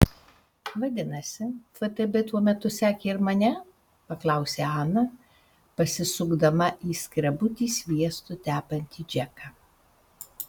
vadinasi ftb tuo metu sekė ir mane paklausė ana pasisukdama į skrebutį sviestu tepantį džeką